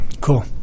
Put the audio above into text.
Cool